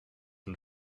and